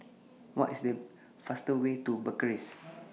What IS The fastest Way to Bucharest